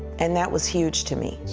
and that was huge to me.